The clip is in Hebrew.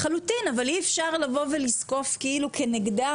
לחלוטין, אבל אי אפשר לזקוף את זה כנגדם.